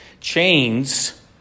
Chains